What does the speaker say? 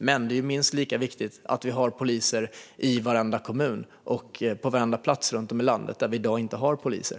Men det är minst lika viktigt att vi har poliser i varenda kommun och på varenda plats runt om i landet där det i dag inte finns några poliser.